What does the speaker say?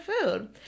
food